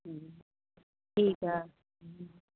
हम्म ठीकु आहे